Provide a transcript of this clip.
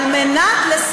לא המנכ"ל.